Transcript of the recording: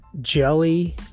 Jelly